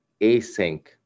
async